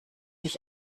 ich